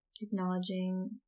Acknowledging